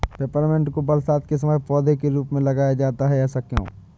Peppermint को बरसात के समय पौधे के रूप में लगाया जाता है ऐसा क्यो?